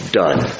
done